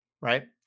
right